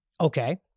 Okay